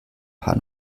paar